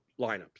lineups